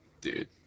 dude